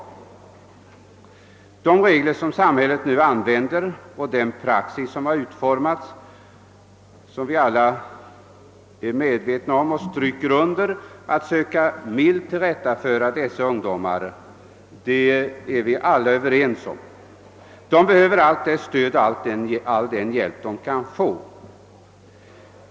De regler som samhället nu använder och den praxis som har utformats, att söka milt tillrättaföra dessa ungdomar, är vi alla överens om. De behöver allt det stöd och all den hjälp de kan få.